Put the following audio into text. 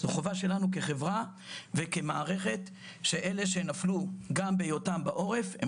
זו חובה שלנו כחברה וכמערכת שאלה שנפלו גם בהיותם בעורף הם